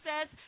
says